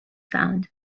sound